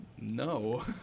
No